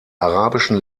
arabischen